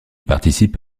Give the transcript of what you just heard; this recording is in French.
participe